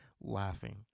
laughing